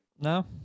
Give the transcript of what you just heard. No